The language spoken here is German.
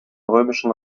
römischen